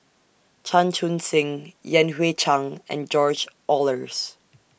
Chan Chun Sing Yan Hui Chang and George Oehlers